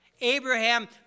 Abraham